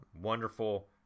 wonderful